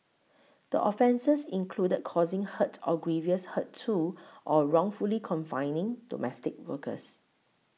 the offences included causing hurt or grievous hurt to or wrongfully confining domestic workers